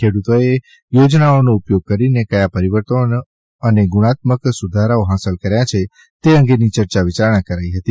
ખેડૂતોએ યોજનાઓનો ઉપયોગ કરીને કથા પરિવર્તનો અને ગુણાત્મક સુધારાઓ હાંસલ કર્યા છે તે અંગેની ચર્ચા વિચારણા કરાઇ હતી